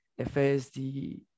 FSD